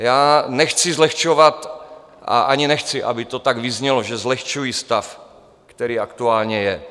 Já nechci zlehčovat a ani nechci, aby to tak vyznělo, že zlehčuji stav, který aktuálně je.